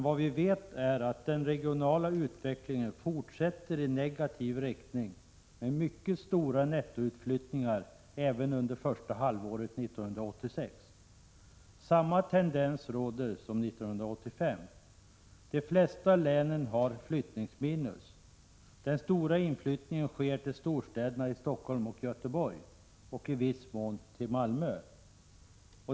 Vad vi vet är att den regionala utvecklingen i negativ riktning fortsätter med mycket stora nettoutflyttningar även under första halvåret 1986. Samma tendens råder som 1985. De flesta länen har flyttningsminus. Den stora inflyttningen sker till storstäderna Stockholm och Göteborg och i viss mån Malmö.